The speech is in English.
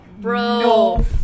bro